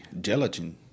gelatin